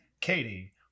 Katie